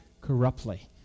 corruptly